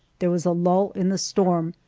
there was a lull in the storm,